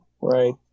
right